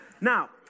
Now